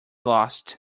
lost